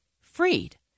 freed